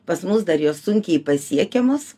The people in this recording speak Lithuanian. pas mus dar jos sunkiai pasiekiamos